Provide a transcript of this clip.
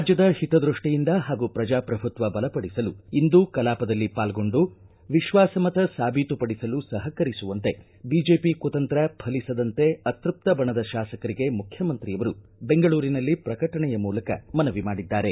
ರಾಜ್ಯದ ಹಿತದೃಷ್ಟಿಯಿಂದ ಹಾಗೂ ಪ್ರಜಾಪ್ರಭುತ್ವ ಬಲಪಡಿಸಲು ಇಂದು ಕಲಾಪದಲ್ಲಿ ಪಾಲ್ಗೊಂಡು ವಿಶ್ವಾಸ ಮತ ಸಾಬೀತು ಪಡಿಸಲು ಸಹಕರಿಸುವಂತೆ ಬಿಜೆಪಿ ಕುತಂತ್ರ ಫಲಿಸದಂತೆ ಅತೃಪ್ತ ಬಣದ ಶಾಸಕರಿಗೆ ಮುಖ್ಯಮಂತ್ರಿಯವರು ಬೆಂಗಳೂರಿನಲ್ಲಿ ಪ್ರಕಟಣೆಯ ಮೂಲಕ ಮನವಿ ಮಾಡಿದ್ದಾರೆ